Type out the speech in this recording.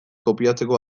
kopiatzeko